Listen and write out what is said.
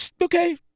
Okay